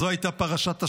זו הייתה פרשת השבוע,